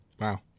Wow